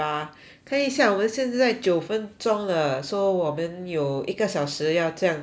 看一下我们现在在九分种了 so 我们有一个小时要这样讲话